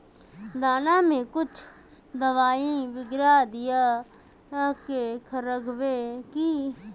दाना में कुछ दबाई बेगरा दय के राखबे की?